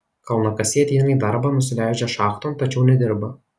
kalnakasiai ateina į darbą nusileidžia šachton tačiau nedirba